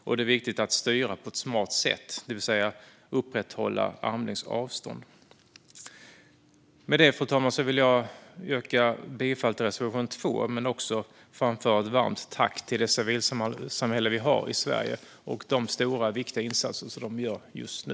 Det är också viktigt att styra på ett smart sätt, det vill säga upprätthålla armlängds avstånd. Med det vill jag yrka bifall till reservation 2, fru talman. Jag vill också framföra ett varmt tack till det civilsamhälle vi har i Sverige och de stora, viktiga insatser de gör just nu.